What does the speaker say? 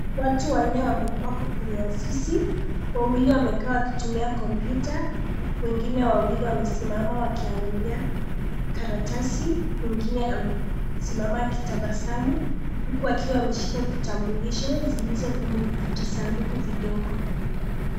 Watu wanne wako kwenye ofisi. Wawili wamekaa wakitumia kompyuta, wengine wawili wamesimama wakiangalia kalatasi, mwingine amesimama akitabasamu, huku akiwa ameshika vitambulisho zilizo kwenye vijisanduku vidogo.